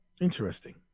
Interesting